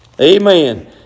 Amen